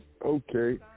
Okay